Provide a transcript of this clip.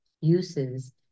uses